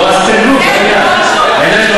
לא עשיתם כלום, זה העניין.